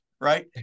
right